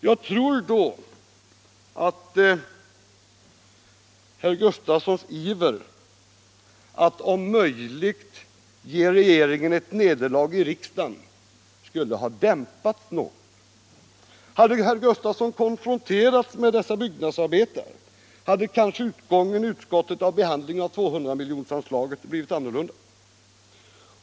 Jag tror att herr Sven Gustafsons iver att om möjligt tillfoga regeringen ett nederlag i riksdagen då skulla ha dämpats något. Om herr Gustafson konfronterats med dessa byggnadsarbetare, så hade kanske utgången i utskottet när det gällde 200-miljonersanslaget blivit annorlunda.